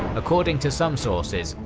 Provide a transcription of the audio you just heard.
according to some sources,